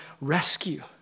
rescue